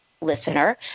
listener